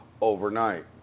overnight